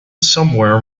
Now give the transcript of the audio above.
somewhere